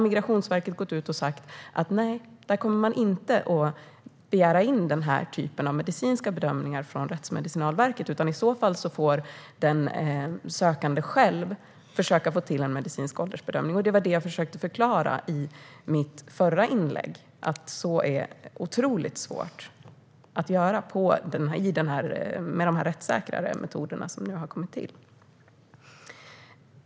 Migrationsverket har sagt att man inte kommer att begära in den typen av medicinska bedömningar från Rättsmedicinalverket. I så fall får den sökande själv försöka få till stånd en medicinsk åldersbedömning. Jag försökte i mitt förra inlägg förklara att det är oerhört svårt att få denna bedömning gjord med de nya, mer rättssäkra metoderna.